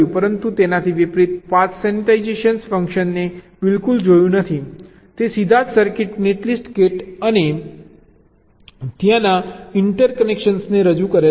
પરંતુ તેનાથી વિપરીત પાથ સેન્સિટાઇઝેશન ફંક્શનને બિલકુલ જોયું નથી તે સીધા જ સર્કિટ નેટ લિસ્ટ ગેટ અને ત્યાંના ઇન્ટરકનેક્શનને જુએ છે